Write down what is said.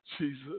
Jesus